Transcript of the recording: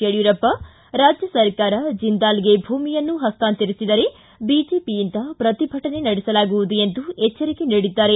ಯಡ್ಕೂರಪ್ಪ ರಾಜ್ಯ ಸರ್ಕಾರ ಜಿಂದಾಲ್ಗೆ ಭೂಮಿಯನ್ನು ಹಸ್ತಾಂತರಿಸಿದರೆ ಬಿಜೆಪಿಯಿಂದ ಪ್ರತಿಭಟನೆ ನಡೆಸಲಾಗುವುದು ಎಂದು ಎಚ್ಚರಿಕೆ ನೀಡಿದ್ದಾರೆ